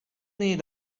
need